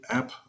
app